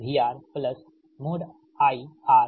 R cos δR IX sinδR ठीक है